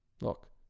Look